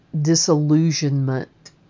disillusionment